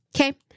Okay